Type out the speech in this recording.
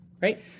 Right